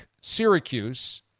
Syracuse